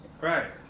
Right